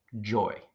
joy